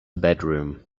bedroom